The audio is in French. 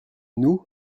nous